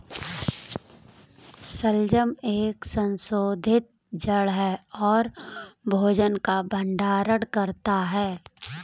शलजम एक संशोधित जड़ है और भोजन का भंडारण करता है